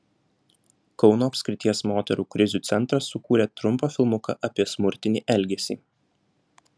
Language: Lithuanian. kauno apskrities moterų krizių centras sukūrė trumpą filmuką apie smurtinį elgesį